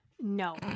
No